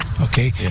Okay